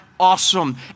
awesome